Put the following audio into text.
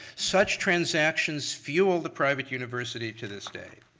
such transactions fuel the private university to this day.